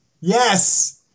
Yes